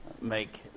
make